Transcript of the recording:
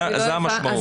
זה המשמעות.